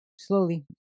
slowly